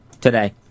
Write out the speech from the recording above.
today